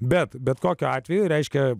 bet bet kokiu atveju reiškia